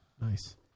Nice